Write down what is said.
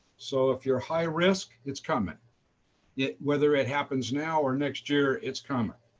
so if you're high risk, it's coming yeah whether it happens now or next year, it's coming